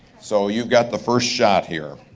so you've got the first shot here.